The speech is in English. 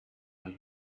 are